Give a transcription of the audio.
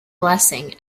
blessing